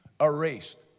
Erased